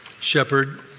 shepherd